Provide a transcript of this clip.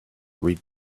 read